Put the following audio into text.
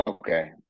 Okay